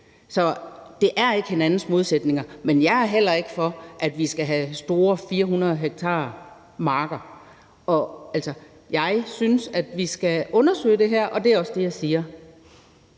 Så det er ikke hinandens modsætninger, men jeg går heller ikke ind for, at vi skal have store marker på 400 ha fyldt med solcelleanlæg. Jeg synes, at vi skal undersøge det her, og det er også det, jeg siger.